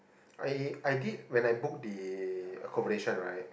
I I did when I booked the accommodation right